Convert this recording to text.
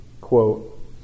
quote